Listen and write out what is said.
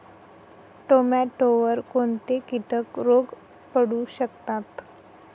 टोमॅटोवर कोणते किटक रोग पडू शकतात?